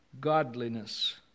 Godliness